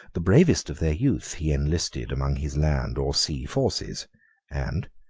the bravest of their youth he enlisted among his land or sea forces and,